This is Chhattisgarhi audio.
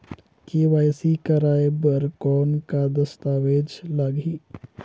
के.वाई.सी कराय बर कौन का दस्तावेज लगही?